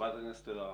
חברת הכנסת אלהרר,